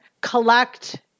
collect